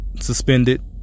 suspended